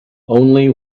only